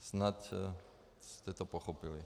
Snad jste to pochopili.